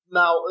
now